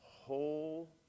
whole